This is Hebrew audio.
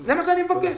זה מה שאני מבקש.